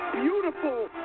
beautiful